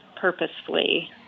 purposefully